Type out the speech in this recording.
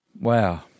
Wow